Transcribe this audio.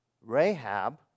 Rahab